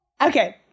Okay